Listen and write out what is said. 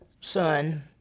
Son